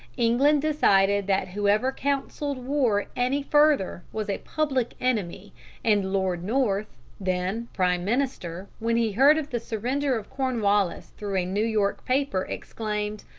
england decided that whoever counselled war any further was a public enemy and lord north, then prime minister, when he heard of the surrender of cornwallis through a new york paper, exclaimed,